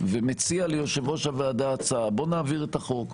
ומציע ליושב-ראש הועדה הצעה: בוא נעביר את החוק,